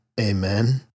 Amen